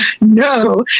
No